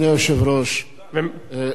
לצערי הרב,